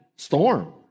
Storm